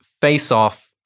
face-off